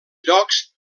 llocs